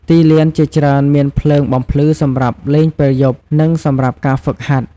ទីលានជាច្រើនមានភ្លើងបំភ្លឺសម្រាប់លេងពេលយប់ និងសម្រាប់ការហ្វឹកហាត់។